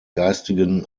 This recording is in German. geistigen